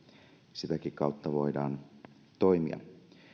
sitäkin kautta voidaan toimia